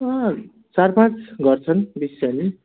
अँ चार पाँच घर छन् बेसी छैनन्